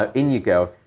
ah in you go.